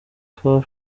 car